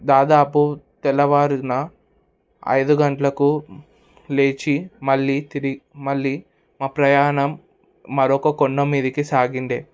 దాదాపు తెల్లవారిన ఐదు గంటలకు లేచి మళ్ళీ తిరిగి మళ్ళీ మా ప్రయాణం మరొక కొండమీదికి సాగిండే